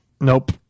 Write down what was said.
Nope